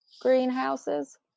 greenhouses